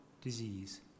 disease